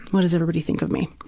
what does everybody think of me?